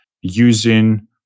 using